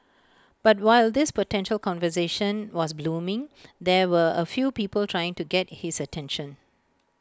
but while this potential conversation was blooming there were A few people trying to get his attention